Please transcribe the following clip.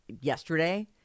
yesterday